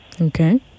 Okay